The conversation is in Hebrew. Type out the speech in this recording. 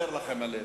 20,000 איש פוטרו.